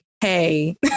hey